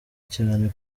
cyane